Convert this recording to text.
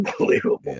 unbelievable